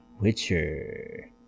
Witcher